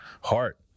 heart